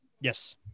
Yes